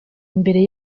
imbere